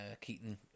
Keaton